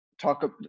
talk